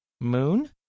Moon